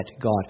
God